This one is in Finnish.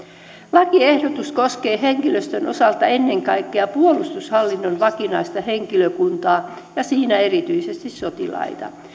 lakiehdotus koskee henkilöstön osalta ennen kaikkea puolustushallinnon vakinaista henkilökuntaa ja siinä erityisesti sotilaita